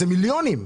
אלה מיליונים.